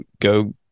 go